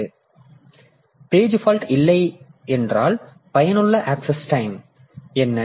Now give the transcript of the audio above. இப்போது page fault இல்லை என்றால் பயனுள்ள ஆக்சஸ் டைம் என்ன